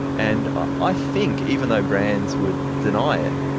and i think, even though brands would deny it,